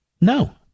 No